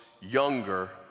younger